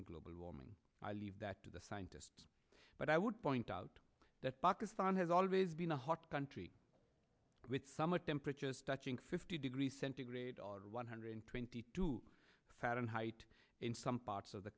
global warming i leave that to the scientists but i would point out that pakistan has always been a hot country with summer temperatures touching fifty degrees centigrade or one hundred twenty two fahrenheit in some parts of the